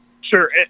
sure